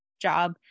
job